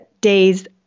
days